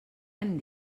hem